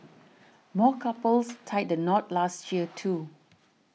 more couples tied the knot last year too